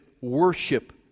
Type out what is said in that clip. worship